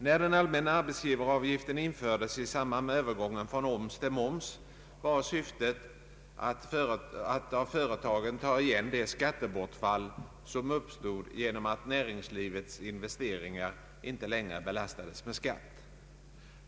När den allmänna arbetsgivaravgiften infördes i samband med övergången från oms till moms, var syftet att av företagen ta igen det skattebortfall som uppstod genom att näringslivets investeringar inte längre belastades med skatt.